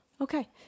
okay